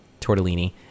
tortellini